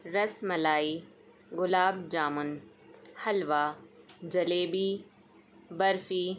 ras malai gulab jamun halwa jalebi barfi